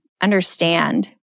understand